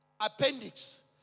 appendix